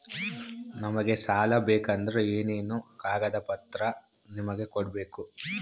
ನಮಗೆ ಸಾಲ ಬೇಕಂದ್ರೆ ಏನೇನು ಕಾಗದ ಪತ್ರ ನಿಮಗೆ ಕೊಡ್ಬೇಕು?